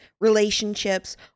relationships